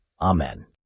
Amen